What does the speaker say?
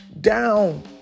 down